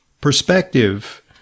perspective